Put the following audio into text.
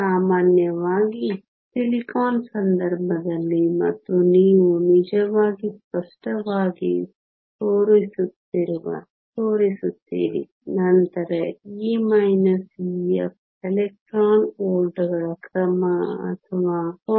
ಸಾಮಾನ್ಯವಾಗಿ ಸಿಲಿಕಾನ್ ಸಂದರ್ಭದಲ್ಲಿ ಮತ್ತು ನೀವು ನಿಜವಾಗಿ ಸ್ಪಷ್ಟವಾಗಿ ತೋರಿಸುತ್ತೀರಿ ನಂತರ E Ef ಎಲೆಕ್ಟ್ರಾನ್ ವೋಲ್ಟ್ಗಳ ಕ್ರಮ ಅಥವಾ 0